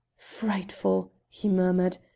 frightful! he murmured,